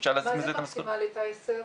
מה זה מקסימלית עשר?